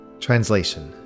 Translation